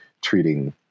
treating